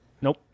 Nope